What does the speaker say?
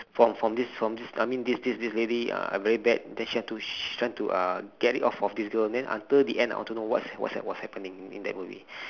from from this from this I mean this this this lady uh I'm very bad then she like to she like to uh get rid of of this girl then until the end I don't know what what what's happening in that movie